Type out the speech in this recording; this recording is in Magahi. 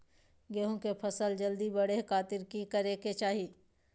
गेहूं के फसल जल्दी बड़े खातिर की करे के चाही?